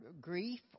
grief